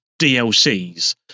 DLCs